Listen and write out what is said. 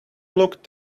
looked